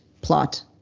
plot